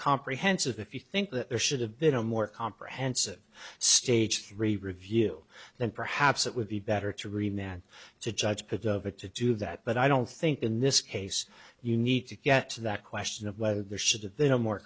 comprehensive if you think that there should have been a more comprehensive stage three review then perhaps it would be better to remain than to judge because of it to do that but i don't think in this case you need to get to that question of whether there should have been a more